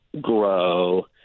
grow